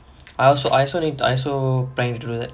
I also I also didn't I also planning to do that